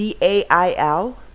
DAIL